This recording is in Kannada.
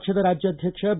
ಪಕ್ಷದ ರಾಜ್ಯಾಧ್ಯಕ್ಷ ಬಿ